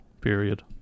period